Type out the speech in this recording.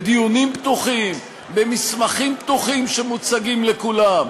בדיונים פתוחים, במסמכים פתוחים שמוצגים לכולם.